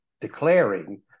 declaring